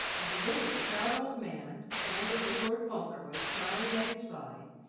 as he looked at the proud old man and at little lord fauntleroy smiling at his side,